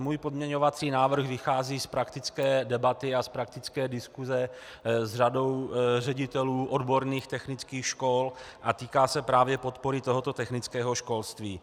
Můj pozměňovací návrh vychází z praktické debaty a z praktické diskuse s řadou ředitelů odborných technických škol a týká se právě podpory tohoto technického školství.